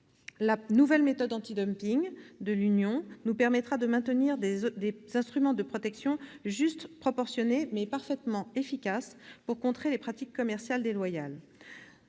La nouvelle méthode antidumping de l'Union nous permettra de maintenir des instruments de protection justes et proportionnés, mais parfaitement efficaces pour contrer les pratiques commerciales déloyales.